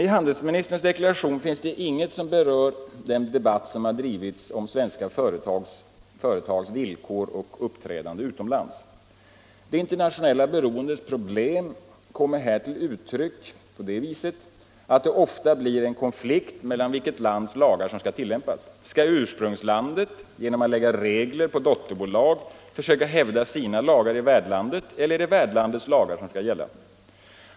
I handelsministerns deklaration finns inget som berör den debatt som förekommit om svenska företags villkor och uppträdande utomlands. Det internationella beroendets problem kommer här till uttryck på det viset att det ofta uppstår konflikt om vilket lands lagar som skall tilllämpas. Skall ursprungslandet genom att lägga regler på dotterbolag försöka hävda sina lagar i värdlandet eller är det värdlandets lagar som skall gälla?